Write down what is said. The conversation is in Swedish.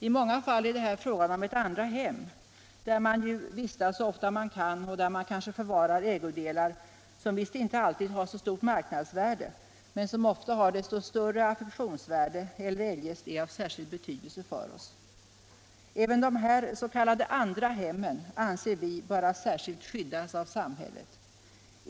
I många fall är det här fråga om ett andra hem där vi vistas så ofta vi kan och där vi kanske förvarar ägodelar som visst inte alltid har så stort marknadsvärde men som har desto större affektionsvärde eller eljest är av särskild betydelse för oss. Även de här s.k. andra hemmen anser vi böra särskilt skyddas av samhället.